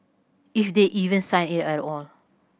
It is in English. if they even sign it at all